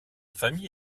famille